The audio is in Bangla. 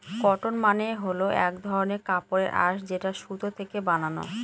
কটন মানে হল এক ধরনের কাপড়ের আঁশ যেটা সুতো থেকে বানানো